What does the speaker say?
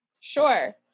Sure